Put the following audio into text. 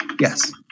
Yes